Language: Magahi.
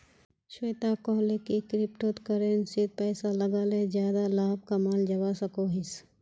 श्वेता कोहले की क्रिप्टो करेंसीत पैसा लगाले ज्यादा लाभ कमाल जवा सकोहिस